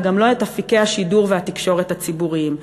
וגם לא את אפיקי השידור והתקשורת הציבוריים.